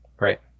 right